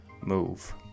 move